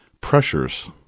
pressures